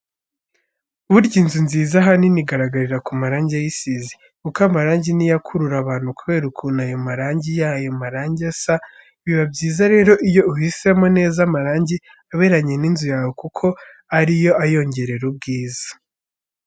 Burya inzu nziza ahanini igaragarira ku marangi ayisize, kuko amarangi ni yo akurura abantu kubera ukuntu ayo mabara yayo marangi asa. Biba byiza rero iyo uhisemo neza amarangi aberanye n'inzu yawe kuko ari yo ayongerera ubwiza.